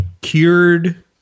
cured